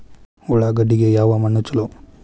ಉಳ್ಳಾಗಡ್ಡಿಗೆ ಯಾವ ಮಣ್ಣು ಛಲೋ?